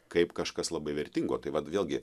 kaip kažkas labai vertingo tai vat vėlgi